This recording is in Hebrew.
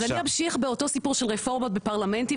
אז אני אמשיך באותו סיפור של רפורמות בפרלמנטים,